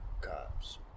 cops